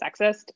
sexist